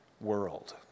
world